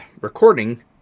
recording